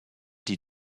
die